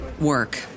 work